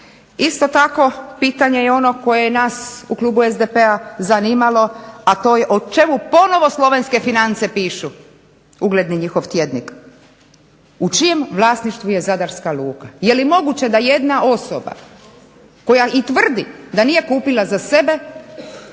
Isto tako, pitanje je ono koje nas u klubu SDP-a zanimalo, a to je o čemu ponovno "Slovenske finance" pišu, ugledni njihov tjednik, u čijem vlasništvu je zadarska luka. Je li moguće da jedna osoba koja i tvrdi da nije kupila za sebe,